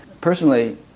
Personally